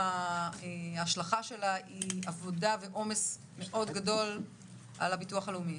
ההשלכה שלה היא עבודה ועומס מאוד גדול על הביטוח הלאומי,